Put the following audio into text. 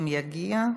אם יגיע.